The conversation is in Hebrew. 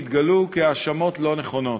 יתגלו כהאשמות לא נכונות.